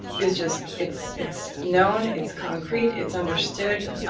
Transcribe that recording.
is just, it's it's known, it's concrete, it's understood.